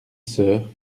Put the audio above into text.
sœur